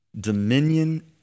dominion